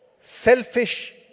selfish